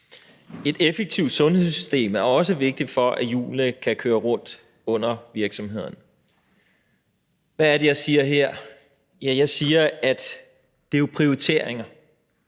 Et effektivt sundhedssystem er også vigtigt, for at hjulene kan køre rundt under virksomhederne. Hvad er det, jeg siger her? Jeg siger, at det jo er prioriteringer.